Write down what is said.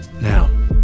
Now